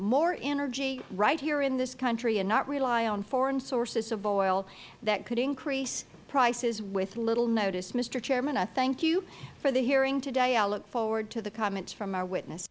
more energy right here in this country and not rely on foreign sources of oil that could increase prices with little notice mister chairman i thank you for the hearing today i look forward to the comments from our witness